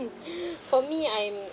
for me I'm